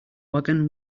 wagon